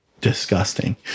disgusting